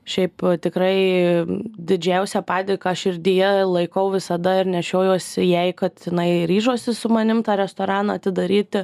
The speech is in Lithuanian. šiaip tikrai didžiausią padėką širdyje laikau visada ir nešiojuosi jai kad jinai ryžosi su manim tą restoraną atidaryti